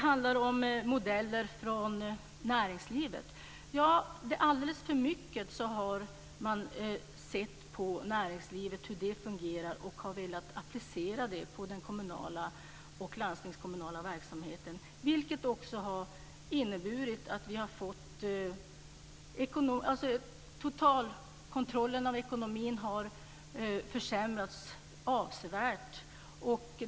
Så till modeller från näringslivet. Alldeles för ofta har man sett på hur näringslivet fungerar och velat applicera det på den kommunala och landstingskommunala verksamheten. Det har också inneburit att totalkontrollen av ekonomin har försämrats avsevärt.